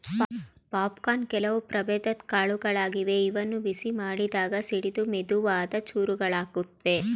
popcorn ಕೆಲವು ಪ್ರಭೇದದ್ ಕಾಳುಗಳಾಗಿವೆ ಇವನ್ನು ಬಿಸಿ ಮಾಡಿದಾಗ ಸಿಡಿದು ಮೆದುವಾದ ಚೂರುಗಳಾಗುತ್ವೆ